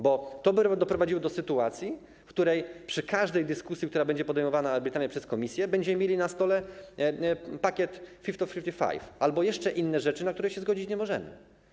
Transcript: Bo to by doprowadziło do sytuacji, w której przy każdej dyskusji, która będzie podejmowana arbitralnie przez komisję, będziemy mieli na stole pakiet Fit for 55 albo jeszcze inne rzeczy, na które się zgodzić nie możemy.